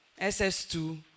SS2